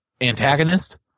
antagonist